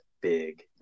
big